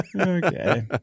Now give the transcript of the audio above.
Okay